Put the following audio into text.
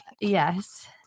yes